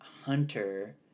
hunter